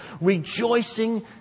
rejoicing